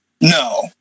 No